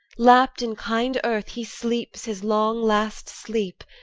lapped in kind earth he sleeps his long last sleep,